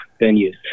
venues